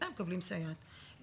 ומקבלים סייעת.